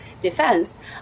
defense